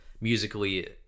musically